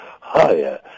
higher